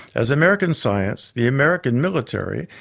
as american science, the american military,